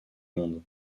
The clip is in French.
monde